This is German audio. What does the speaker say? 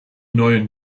neuen